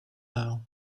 now